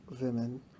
women